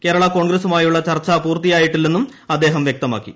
കേരള കോൺഗ്രസുമായുള്ള ചർച്ച പൂർത്തിയായിട്ടില്ലെന്നും അദ്ദേഹം വ്യക്തമാക്കി